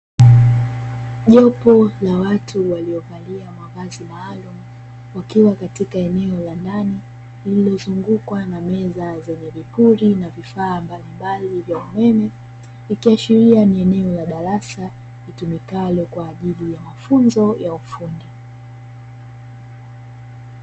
Jopu la watu waliovalia mavazi maalumu wakiwa katika eneo la ndani lililozungukwa na meza zenye vipuri na vifaa mbalimbali vya umeme, ikiashiria ni eneo la darasa litumikalo kwa ajili ya mafunzo ya ufundi.